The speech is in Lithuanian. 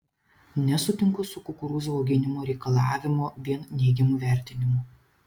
nesutinku su kukurūzų auginimo reikalavimo vien neigiamu vertinimu